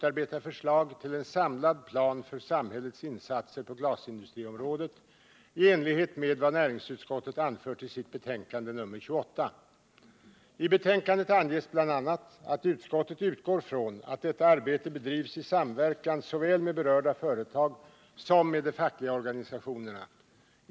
att detta arbete bedrivs i samverkan såväl med berörda företag som med de fackliga organisationerna.